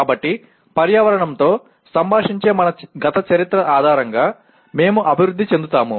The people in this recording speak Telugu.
కాబట్టి పర్యావరణంతో సంభాషించే మన గత చరిత్ర ఆధారంగా మేము అభివృద్ధి చెందుతాము